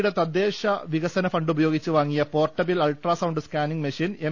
യുടെ തദ്ദേശ വികസനഫണ്ടുപയോഗിച്ച് വാങ്ങിയ portable ultrasound scanning machine M